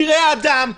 פראי אדם,